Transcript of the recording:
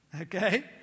Okay